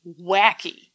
wacky